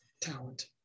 talent